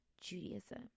Judaism